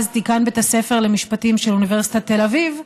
אז דיקן בית הספר למשפטים של אוניברסיטת תל-אביב,